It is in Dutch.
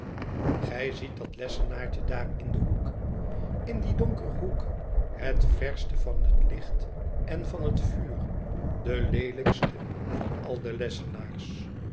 gij ziet dat lessenaartje daar in den hoek in dien donkeren hoek het verste van het licht en van het vuur de leelijkste van al de lessenaars